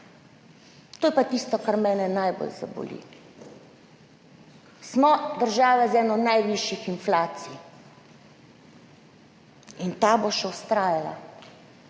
To je pa tisto, kar mene najbolj zaboli. Smo država z eno najvišjih inflacij in ta bo še vztrajala.